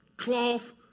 cloth